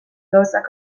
gauzak